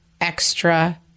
extra